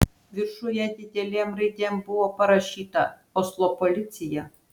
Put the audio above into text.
viršuje didelėm raidėm buvo parašyta oslo policija